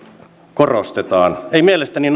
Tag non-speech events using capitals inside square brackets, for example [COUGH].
korostetaan ei mielestäni [UNINTELLIGIBLE]